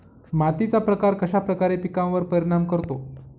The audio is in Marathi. मातीचा प्रकार कश्याप्रकारे पिकांवर परिणाम करतो?